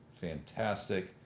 fantastic